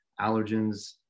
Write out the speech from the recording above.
allergens